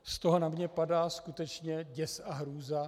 Z toho na mě padá skutečně děs a hrůza.